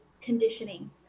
conditioning